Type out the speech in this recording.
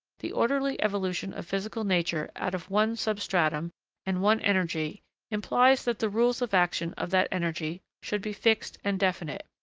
the orderly evolution of physical nature out of one substratum and one energy implies that the rules of action of that energy should be fixed and definite.